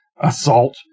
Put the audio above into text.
assault